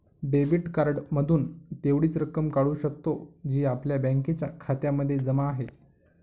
debit card मधून तेवढीच रक्कम काढू शकतो, जी आपल्या बँकेच्या खात्यामध्ये जमा आहे